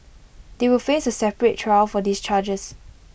they will face A separate trial for these charges